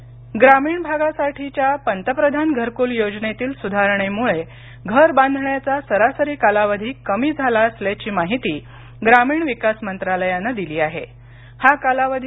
घरबांधणी ग्रामीण भागासाठीच्या पंतप्रधान घरकुल योजनेतील सुधारणेमुळे घर बांधण्याचा सरासरी कालावधी कमी झाला असल्याची माहिती ग्रामीण विकास मंत्रालयानं दिली आहे हा कालावधी